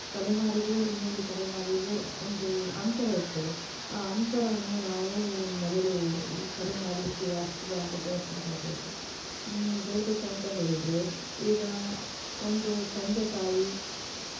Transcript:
ತಲೆಮಾರಿಗೂ ಇನ್ನೊಂದು ತಲೆಮಾರಿಗೂ ಒಂದು ಅಂತರ ಇರ್ತದೆ ಆ ಅಂತರವನ್ನು ನಾವು ಮೊದಲು ಸರಿ ಮಾಡಲಿಕ್ಕೆ ಆಗ್ತದಾ ಅಂತ ಪ್ರಯತ್ನಪಡಬೇಕು ಹೇಳಬೇಕಂತ ಹೇಳಿದರೆ ಈಗ ಒಂದು ತಂದೆ ತಾಯಿ